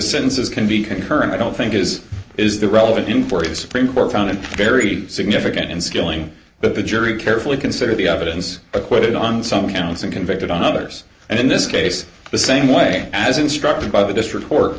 sentences can be concurrent i don't think is is the relevant in florida supreme court found it very significant and skilling but the jury carefully considered the evidence acquitted on some counts and convicted on others and in this case the same way as instructed by the district